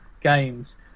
games